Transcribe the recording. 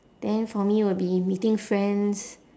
then for me would be meeting friends